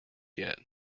yet